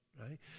Right